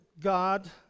God